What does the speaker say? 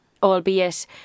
Albeit